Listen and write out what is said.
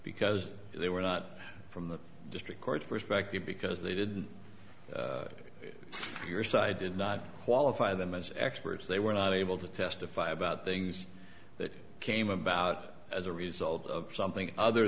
because they were not from the district court perspective because they did your side did not qualify them as experts they were not able to testify about things that came about as a result of something other